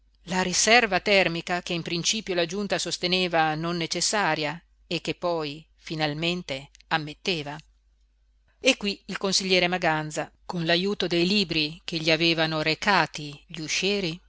la riserva termica che in principio la giunta sosteneva non necessaria e che poi finalmente ammetteva e qui il consigliere maganza con l'ajuto dei libri che gli avevano recati gli uscieri